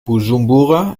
bujumbura